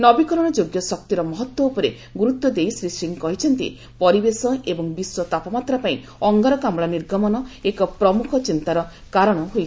ନବୀକରଣ ଯୋଗ୍ୟ ଶକ୍ତିର ମହତ୍ୱ ଉପରେ ଗୁରୁତ୍ୱ ଦେଇ ଶ୍ରୀ ସିଂହ କହିଛନ୍ତି ପରିବେଶ ଏବଂ ବିଶ୍ୱ ତାପମାତ୍ରା ପାଇଁ ଅଙ୍ଗାରକାମ୍କ ନିର୍ଗମନ ଏକ ପ୍ରମୁଖ ଚିନ୍ତାର କାରଣ ହୋଇଛି